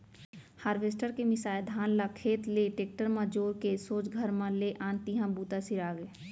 harvester के मिंसाए धान ल खेत ले टेक्टर म जोर के सोझ घर म ले आन तिहॉं बूता सिरागे